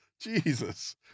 Jesus